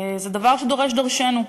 זה דבר שדורש דורשנו.